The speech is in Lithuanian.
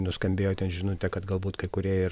nuskambėjo ten žinutė kad galbūt kai kurie ir